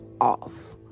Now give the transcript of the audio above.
off